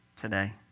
today